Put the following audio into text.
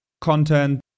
content